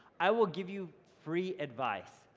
i will give you free advice.